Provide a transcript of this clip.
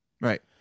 Right